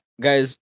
Guys